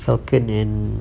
falcon and